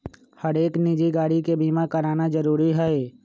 हरेक निजी गाड़ी के बीमा कराना जरूरी हई